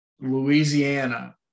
Louisiana –